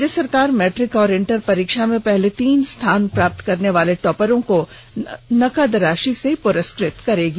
राज्य सरकार मैट्रिक और इंटर परीक्षा में पहले तीन स्थान प्राप्त करने वाले टॉपरों को नकद राशि से पुरस्कृत करेगी